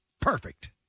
perfect